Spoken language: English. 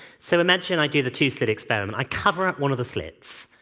so imagine i do the two slit experiment. i cover up one of the slits.